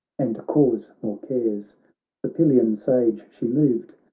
and to cause more cares the pylian sage she moved,